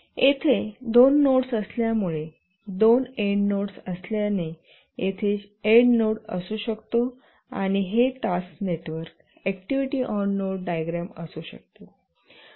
आणि येथे दोन नोड्स असल्यामुळे येथे दोन एंड नोड्स असल्याने येथे शेवटचा नोड असू शकतो आणि हे task network activity on node diagram असू शकते